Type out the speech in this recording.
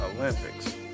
Olympics